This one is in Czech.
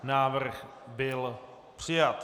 Návrh byl přijat.